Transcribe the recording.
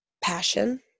passion